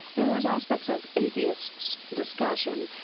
those aspects of atheists' discussion,